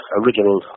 original